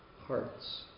hearts